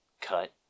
cut